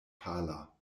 pala